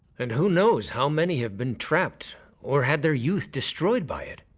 and who knows how many have been trapped or had their youth destroyed by it.